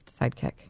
sidekick